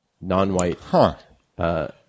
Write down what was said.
non-white